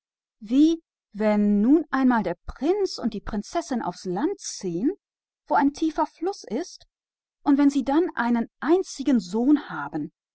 vielleicht wohnen der prinz und die prinzessin einmal in einem lande wo ein tiefer fluß ist und vielleicht haben sie auch einen einzigen sohn einen